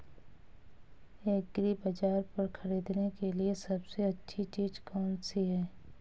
एग्रीबाज़ार पर खरीदने के लिए सबसे अच्छी चीज़ कौनसी है?